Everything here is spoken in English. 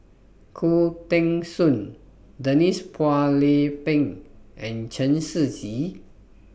Khoo Teng Soon Denise Phua Lay Peng and Chen Shiji